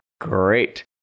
great